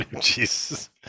Jesus